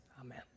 Amen